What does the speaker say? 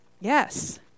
Yes